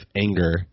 anger